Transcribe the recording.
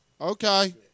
Okay